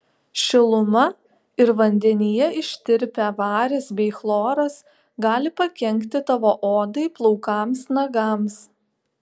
šiluma ir vandenyje ištirpę varis bei chloras gali pakenkti tavo odai plaukams nagams